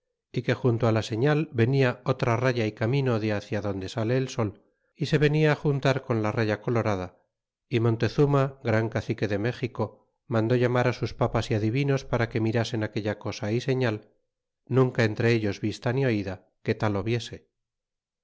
ti que junto la señal venia otra raya y camino de hácia donde sale el sol y se venia juntar con la raya colorada y montezuma gran cacique de méxico mandó llamar sus papas y adivinos para que mirasen aqueha cosa é señal nunca entre ellos vista ni oida que tal